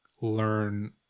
learn